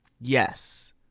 Yes